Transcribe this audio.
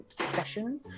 session